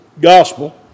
Gospel